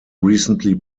recently